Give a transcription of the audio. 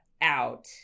out